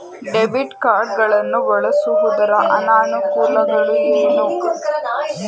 Debit card ಗಳನ್ನು ಬಳಸುವುದರ ಅನಾನುಕೂಲಗಳು ಏನು?